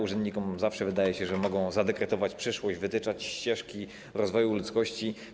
Urzędnikom zawsze wydaje się, że mogą zadekretować przyszłość, wytyczać ścieżki w rozwoju ludzkości.